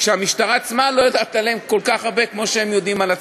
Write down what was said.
כשהמשטרה עצמה לא יודעת עליהם כל כך הרבה כמו שהם יודעים על עצמם.